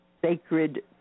Sacred